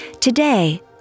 Today